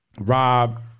Rob